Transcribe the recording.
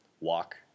walk